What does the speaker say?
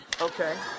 Okay